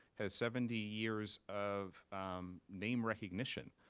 has seventy years of name recognition,